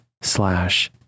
slash